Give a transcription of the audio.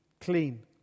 clean